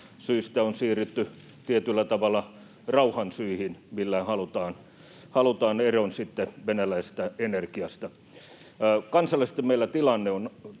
syistä on siirrytty tietyllä tavalla rauhan syihin, millä halutaan sitten eroon venäläisestä energiasta. Kansallisesti meillä tilanne on